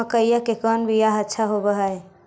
मकईया के कौन बियाह अच्छा होव है?